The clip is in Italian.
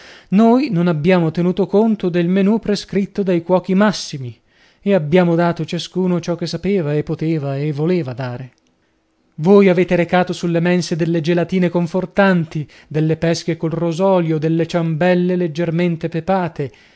noi non abbiamo tenuto conto del menu prescritto dai cuochi massimi e abbiamo dato ciascuno ciò che sapeva e poteva e voleva dare voi avete recato sulle mense delle gelatine confortanti delle pesche col rosolio delle ciambelle leggermente pepate